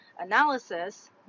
analysis